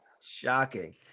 Shocking